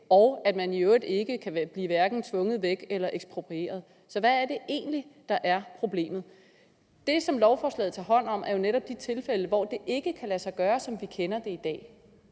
og at man i øvrigt hverken kan blive tvunget væk eller eksproprieret. Så hvad er det egentlig, der er problemet? Det, som lovforslaget tager hånd om, er jo netop de tilfælde, hvor det ikke kan lade sig gøre, som vi kender det i dag.